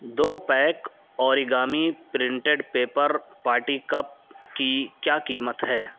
دو pack origami printed paper party cup کی کیا قیمت ہے